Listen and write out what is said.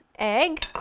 egg,